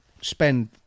spend